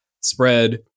spread